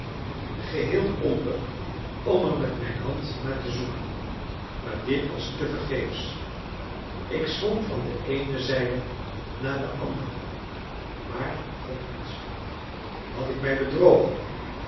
geheel onder om er met mijn hand naar te zoeken maar dit was tevergeefs ik zwom van de eene zijde naar de andere maar vond niets had ik mij bedrogen